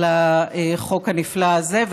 על החוק הנפלא הזה.